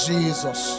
Jesus